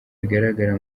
bigaragara